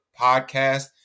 podcast